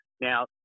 now